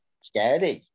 scary